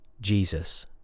Jesus